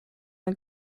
the